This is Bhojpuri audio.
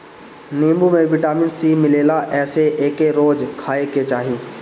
नीबू में विटामिन सी मिलेला एसे एके रोज खाए के चाही